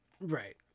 Right